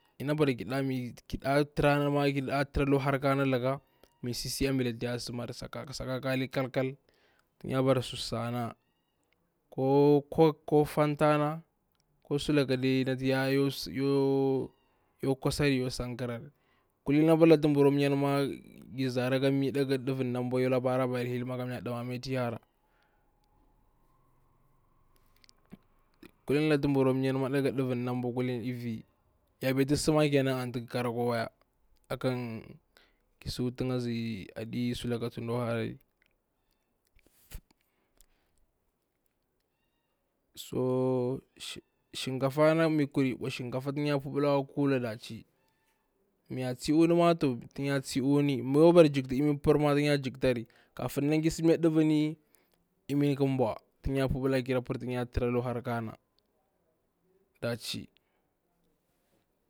Inna bara ki ɗa tara lukwa harkana laka misi si anta ya kwasari, saka ƙa halli kal kal, ya bara su sa na ko ko coke ko fanta na ko su laka de natu yu kwasari yu sanƙarari, kulini apa lakutu mbru akwa nyan ma gir za ra ka mi ɗa ga ɗuvirna a bwa, har a bara hil ma kamya ɗomamai anti i hara, kulin ta bora kwa mhyanma, kulin i vi ya betu sima kenan anta ga ƙakara, akwa waya a kari, ki si wuta nga zi ani yu sulaka ta da kwa harari, so shankafa na mi kuri ɓwa shankafa tan ya puɓela akwa kula da chi, miya tsa u'uni ma to tan ya tsa u'uni, mi ya kwa bara jakta imir par ma tan ya jaktari, kafin nan ki samnya ɗevini, imin ƙa bwa tan ya puɓela ki para ki tira luka har ka na da chi